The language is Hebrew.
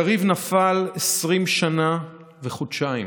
יריב נפל 20 שנה וחודשיים